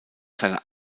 seiner